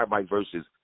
verses